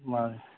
ꯃꯥꯟꯅꯤ